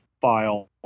file